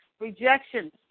rejection